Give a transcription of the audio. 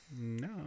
no